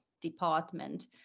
department